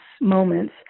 moments